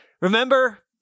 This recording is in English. Remember